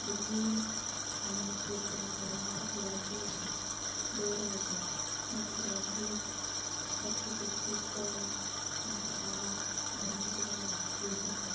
డిగ్రీలు అయిన పూర్తి అయిన తరువాత గ్రాడ్యుయేషన్ డే రోజు నేను గ్రాడ్యుయేట్ సర్టిఫికెట్ తీసుకోవడం నాకు చాల గర్వించదగిన విషయం అది